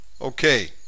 Okay